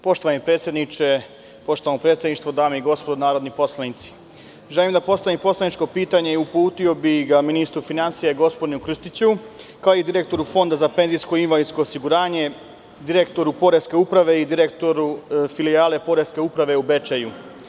Poštovani predsedniče, poštovano predsedništvo, dame i gospodo narodni poslanici, želim da postavim poslaničko pitanje i uputio bih ga ministru finansija gospodinu Krstiću, kao i direktoru Fonda za penzijsko i invalidsko osiguranje, direktoru Poreske uprave i direktoru filijale Poreske uprave u Bečeju.